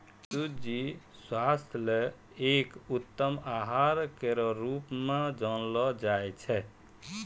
सूजी स्वास्थ्य ल एक उत्तम आहार केरो रूप म जानलो जाय छै